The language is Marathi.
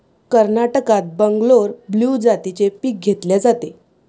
कर्नाटकात बंगलोर ब्लू जातीचे पीक घेतले जाते